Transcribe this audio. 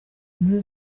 muri